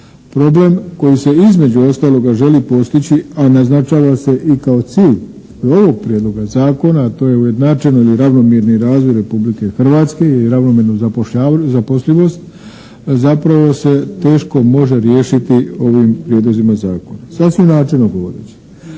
Problem koji se između ostaloga želi postići, a naznačava se i kao cilj ovog prijedloga zakona, a to je ujednačeno ili ravnomjerni razvoj Republike Hrvatske ili ravnomjerno zapošljavanje, zaposlivost zapravo se teško može riješiti ovim prijedlozima zakona. Sasvim načelno govoreći.